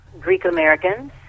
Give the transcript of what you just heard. Greek-Americans